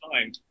time